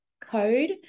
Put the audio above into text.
code